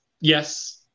Yes